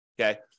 okay